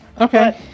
Okay